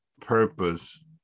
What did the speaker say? purpose